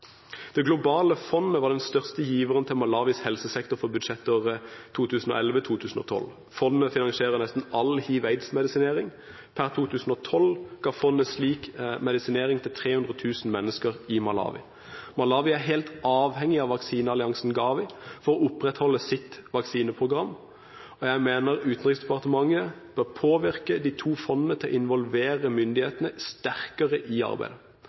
Det globale fondet var den største giveren til Malawis helsesektor for budsjettåret 2011–2012. Fondet finansierer nesten all hiv/aids-medisinering. Per 2012 ga fondet slik medisinering til 300 000 mennesker i Malawi. Malawi er helt avhengig av vaksinealliansen GAVI for å opprettholde sitt vaksineprogram. Jeg mener Utenriksdepartementet bør påvirke de to fondene til å involvere myndighetene sterkere i arbeidet.